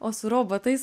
o su robotais